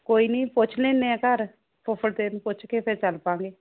ਕੋਈ ਨਹੀਂ ਪੁੱਛ ਲੈਣੇ ਘਰ ਫੁੱਫੜ ਤੇਰੇ ਨੂੰ ਪੁੱਛ ਕੇ ਫਿਰ ਚੱਲ ਪਾਂਗੇ